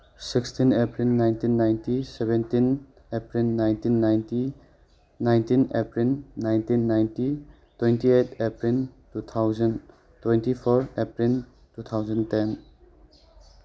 sixteen April nineteen ninety seventeen April nineteen ninety nineteen April nineteen ninety twenty eight April two thousand twenty four April two thousand ten